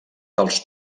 dels